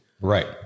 Right